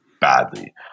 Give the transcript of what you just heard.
badly